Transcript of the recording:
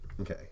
Okay